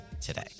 today